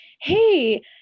Hey